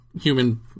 human